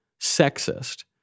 sexist